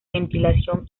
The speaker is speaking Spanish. ventilación